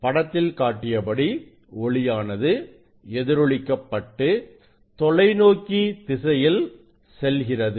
படத்தில் காட்டியபடி ஒளியானது எதிரொளிக்கப்பட்டு தொலைநோக்கி திசையில் செல்கிறது